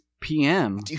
PM